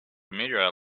meteorite